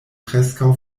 preskaŭ